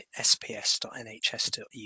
sps.nhs.uk